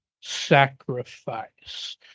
sacrifice